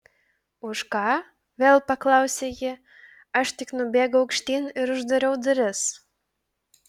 už ką vėl paklausė ji aš tik nubėgau aukštyn ir uždariau duris